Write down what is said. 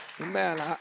Amen